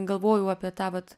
galvojau apie tą vat